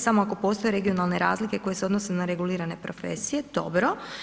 samo ako postoje regionalne razlike koje se odnose na regulirane profesije, dobro.